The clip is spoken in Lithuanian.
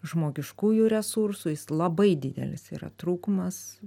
žmogiškųjų resursų jis labai didelis yra trūkumas